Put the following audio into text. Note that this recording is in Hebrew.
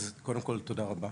קודם כל תודה רבה,